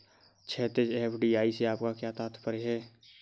क्षैतिज, एफ.डी.आई से आपका क्या तात्पर्य है?